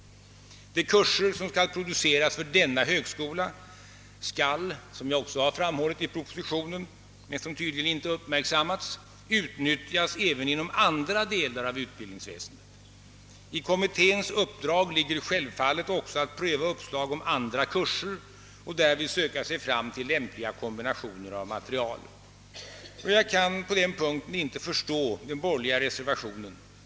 De kurser som skall produceras för denna högskola skall som jag också framhållit i propositionen men som tydligen inte uppmärksammats, utnyttjas även inom andra delar av utbildningsväsendet. I kommitténs uppdrag ligger självfallet också att pröva uppslag om andra kurser och därmed söka sig fram till lämpliga kombinationer. Jag kan på den punkten inte förstå den borgerliga reservationen.